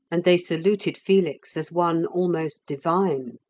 and they saluted felix as one almost divine.